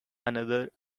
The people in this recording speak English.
another